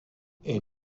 est